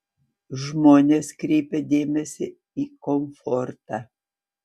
žmonės kreipia dėmesį į komfortą